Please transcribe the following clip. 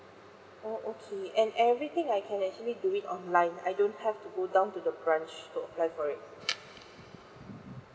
oh okay and everything I can actually do it online I don't have to go down to the branch to apply for it